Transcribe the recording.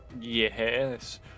Yes